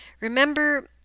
Remember